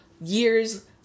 years